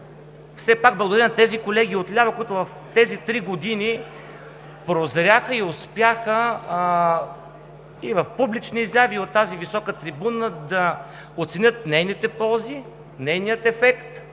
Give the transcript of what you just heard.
Все пак благодаря на тези колеги отляво, които в тези три години прозряха и успяха и в публични изяви, и от тази висока трибуна, да оценят нейните ползи, нейния ефект,